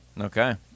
Okay